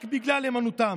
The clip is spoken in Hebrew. רק בגלל אמונתם.